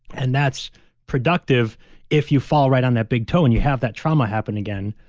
and that's productive if you fall right on that big toe and you have that trauma happen again,